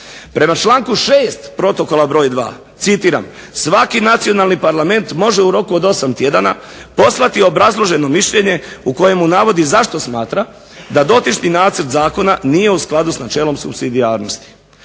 Prema članku 6. Protokola broj 2. citiram: "svaki nacionalni parlament može u roku od 8 tjedana poslati obrazloženo mišljenje u kojem navodi zašto smatra da dotično nacrt zakona nije u skladu s načelom supsidijarnosti".